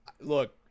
look